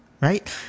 right